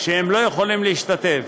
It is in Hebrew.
לא יכולים להשתתף.